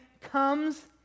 comes